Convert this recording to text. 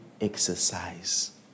exercise